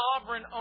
sovereign